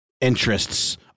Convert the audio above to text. interests